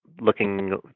looking